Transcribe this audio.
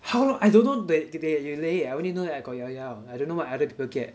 how long I don't they they get yole I only know that I got llaollao I don't know what other people get